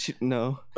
No